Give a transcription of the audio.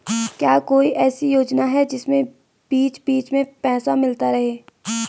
क्या कोई ऐसी योजना है जिसमें बीच बीच में पैसा मिलता रहे?